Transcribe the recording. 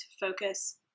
focus